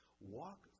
Walk